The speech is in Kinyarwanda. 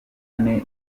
ane